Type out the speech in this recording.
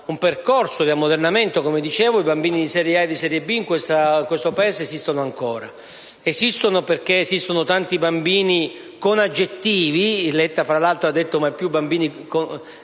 un percorso di ammodernamento, come dicevo, i bambini di serie A e di serie B in questo Paese esistono ancora. Esistono, perché esistono tanti bambini con aggettivi - il presidente Letta, fra l'altro, ha detto che non